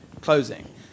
closing